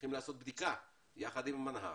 צריכים לעשות בדיקה, יחד עם מנה"ר.